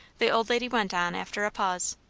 the old lady went on after a pause.